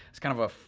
it's kind of a,